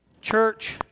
Church